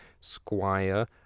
squire